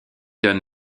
donne